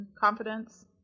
confidence